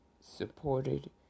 supported